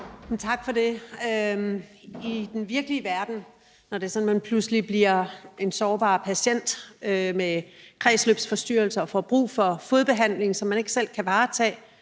Tak for det. I den virkelige verden, når det er sådan, at man pludselig bliver en sårbar patient med kredsløbsforstyrrelser og får brug for fodbehandling, som man ikke selv kan varetage,